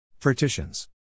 partitions